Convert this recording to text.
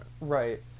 Right